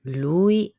lui